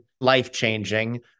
life-changing